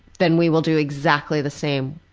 then we will do exactly the same.